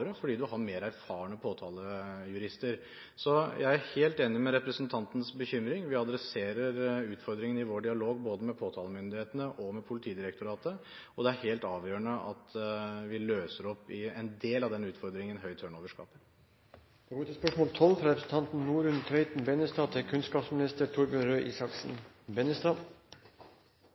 fordi man har mer erfarne påtalejurister. Jeg er helt enig i representantens bekymring. Vi adresserer utfordringene i vår dialog, både med påtalemyndighetene og med Politidirektoratet. Det er helt avgjørende at vi løser opp i en del av den utfordringen høy turnover skaper. «Høsten 2011 tok universitetene i Agder og Rogaland opp de første kullene til